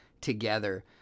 together